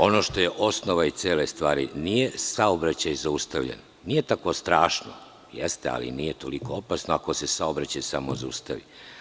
Ono što je osnova cele stvari, nije saobraćaj zaustavljen, nije tako strašno, jeste, ali nije toliko opasno ako se saobraćaj samo zaustavi.